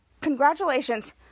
Congratulations